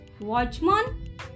Watchman